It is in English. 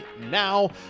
now